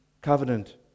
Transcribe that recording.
covenant